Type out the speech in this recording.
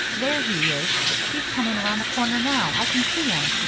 there he is he's coming around the corner now i can see him.